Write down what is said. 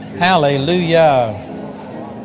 Hallelujah